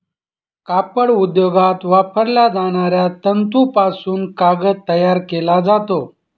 कापड उद्योगात वापरल्या जाणाऱ्या तंतूपासून कागद तयार केला जातो